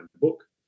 book